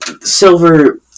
silver